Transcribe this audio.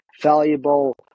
valuable